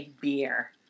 beer